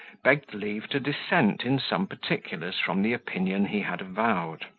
begged leave to dissent in some particulars from the opinion he had avowed.